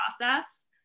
process